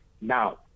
now